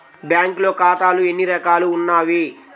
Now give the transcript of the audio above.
బ్యాంక్లో ఖాతాలు ఎన్ని రకాలు ఉన్నావి?